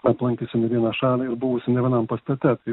aplankiusi ne vieną šalį ir buvusi ne vienam pastate